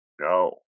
No